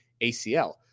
ACL